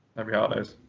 happy holidays.